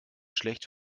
schlecht